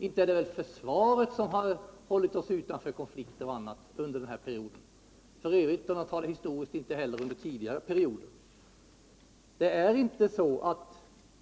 Inte är det försvaret som hållit oss utanför konflikter och annat under den här perioden, f. ö. inte heller under tidigare perioder.